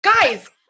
guys